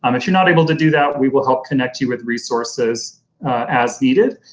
um if you're not able to do that we will help connect you with resources as needed,